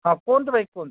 ହଁ କୁହନ୍ତୁ ଭାଇ କୁହନ୍ତୁ